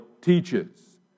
teaches